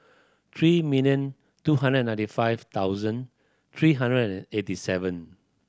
three million two hundred and ninety five thousand three hundred and eighty seven